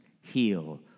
heal